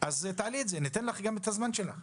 אז תעלי אותן, ניתן לך גם את הזמן שלך.